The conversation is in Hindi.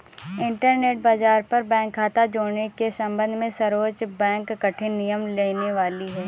इंटरनेट बाज़ार पर बैंक खता जुड़ने के सम्बन्ध में सर्वोच्च बैंक कठिन नियम लाने वाली है